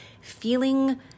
feeling